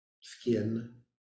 skin